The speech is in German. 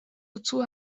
wozu